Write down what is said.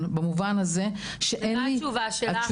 במובן הזה שאין לי --- ומה התשובה שלך?